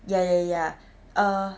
ya ya ya err